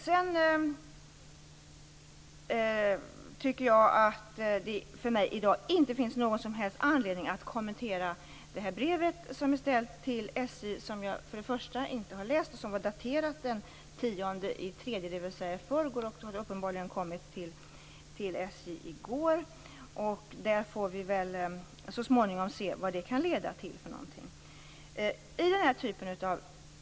För mig finns det i dag ingen som helst anledning att kommentera brevet som är daterat den 10 mars och ställt till SJ. Det kom uppenbarligen till SJ i går, och jag har inte läst det. Så småningom får vi väl se vad det kan leda till för någonting.